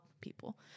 people